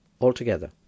altogether